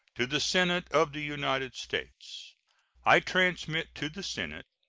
to the senate of the united states i transmit to the senate,